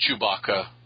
Chewbacca